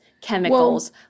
chemicals